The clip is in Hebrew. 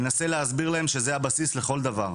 מנסה להסביר להם שזה הבסיס לכל דבר.